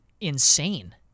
insane